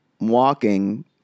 walking